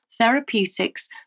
therapeutics